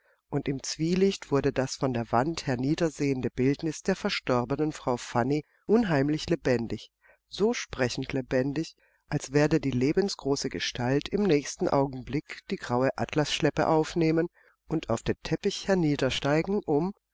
und im zwielicht wurde das von der wand herniedersehende bildnis der verstorbenen frau fanny unheimlich lebendig so sprechend lebendig als werde die lebensgroße gestalt im nächsten augenblick die graue atlasschleppe aufnehmen und auf den teppich herniedersteigen um